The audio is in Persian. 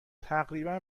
تقریبا